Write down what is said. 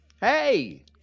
hey